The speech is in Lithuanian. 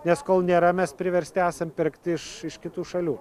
nes kol nėra mes priversti esam pirkti iš iš kitų šalių